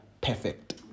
perfect